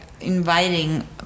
inviting